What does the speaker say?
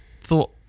thought